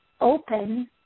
open